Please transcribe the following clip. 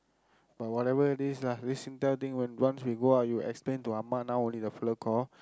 but whatever it is lah this Singtel thing once you go out you extend to amma now only the fella call